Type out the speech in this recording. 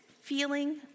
feeling